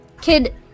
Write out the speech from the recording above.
Kid